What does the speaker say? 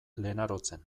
lenarotzen